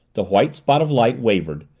the white spot of light wavered,